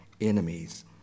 enemies